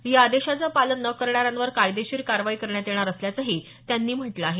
या आदेशाचं पालन न करणाऱ्यांवर कयदेशिर कारवाई करण्यात येणार असल्याचंही त्यांनी म्हटलं आहे